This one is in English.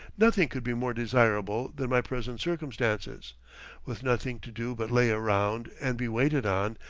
nothing could be more desirable than my present circumstances with nothing to do but lay around and be waited on,